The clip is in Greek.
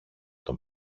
τον